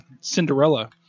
cinderella